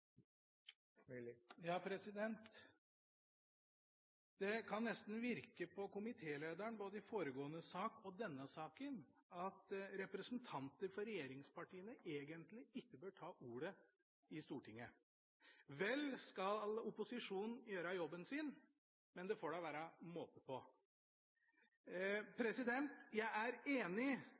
Det kan nesten virke som om komitélederen, både i foregående sak og i denne saken, mener at representanter for regjeringspartiene egentlig ikke bør ta ordet i Stortinget. Vel skal opposisjonen gjøre jobben sin, men det får da være måte på! Jeg er enig